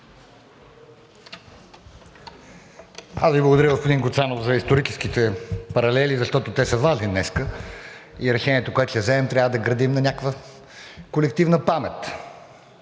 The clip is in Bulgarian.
Благодаря Ви, господин Гуцанов, за историческите паралели, защото те са важни днес и решението, което ще вземем, трябва да градим на някаква колективна памет,